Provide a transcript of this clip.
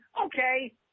okay